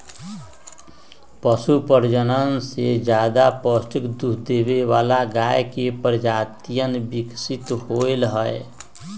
पशु प्रजनन से ज्यादा पौष्टिक दूध देवे वाला गाय के प्रजातियन विकसित होलय है